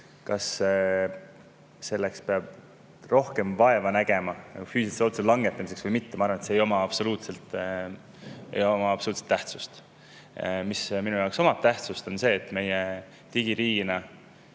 Kas selleks peab rohkem vaeva nägema, otsuse langetamiseks, või mitte? Ma arvan, et see ei oma absoluutselt tähtsust. Minu jaoks omab tähtsust see, et meie digiriigina